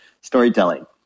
storytelling